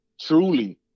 truly